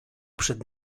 przed